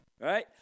Right